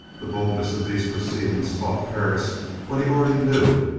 the boldness of these proceedings taught perris what he already knew,